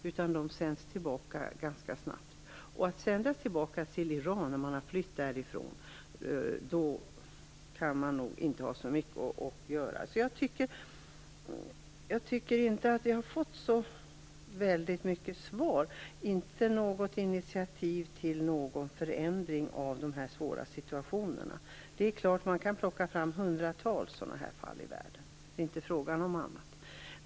De sänds i stället tillbaka ganska snabbt. Om man sänds tillbaka till Iran efter att ha konverterat - då har man nog inte mycket att göra. Jag tycker inte att jag har fått så mycket till svar och inte något initiativ till förändring av dessa svåra situationer. Det är klart att man kan plocka fram hundratals sådana här fall i världen, det är inte fråga om annat.